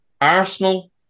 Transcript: Arsenal